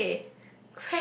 okay